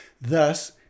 Thus